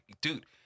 dude